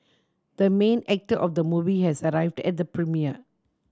the main actor of the movie has arrived at the premiere